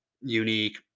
Unique